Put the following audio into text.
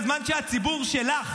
בזמן שהציבור שלך,